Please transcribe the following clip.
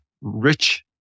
rich